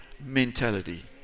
mentality